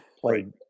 played